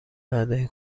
بعده